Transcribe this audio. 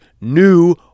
new